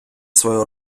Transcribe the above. свою